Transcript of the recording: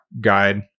guide